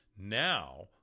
Now